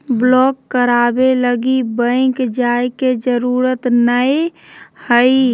block कराबे लगी bank जाय के जरूरत नयय हइ